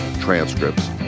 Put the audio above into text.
transcripts